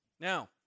Now